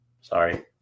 Sorry